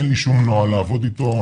אין לי שום נוהל לעבודה איתו,